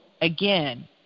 again